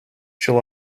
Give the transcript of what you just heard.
july